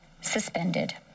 suspended